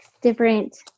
different